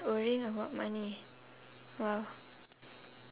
worrying about money !wow!